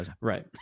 Right